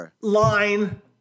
line